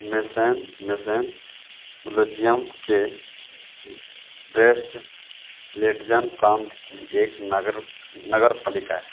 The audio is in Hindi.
मेसेन मेसेन ब्लोजियम के ब्रेस्ट लेटजन प्रांत की एक नगर नगरपालिका है